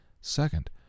Second